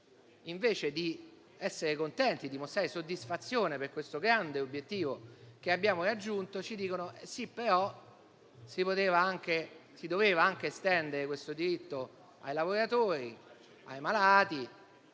invece di essere contenti, di mostrare soddisfazione per il grande obiettivo che abbiamo raggiunto, ci dicono che però si doveva estendere questo diritto anche ai lavoratori e ai malati.